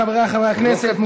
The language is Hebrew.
חבריי חברי הכנסת,